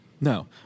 No